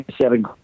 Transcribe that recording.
seven